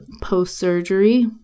Post-surgery